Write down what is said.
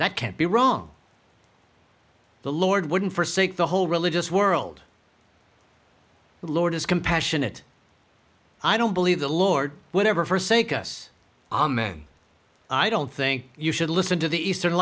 that can't be wrong the lord wouldn't for sake the whole religious world the lord is compassionate i don't believe the lord whenever for sake us amen i don't think you should listen to the easter